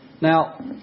Now